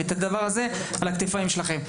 זה על כתפיכם.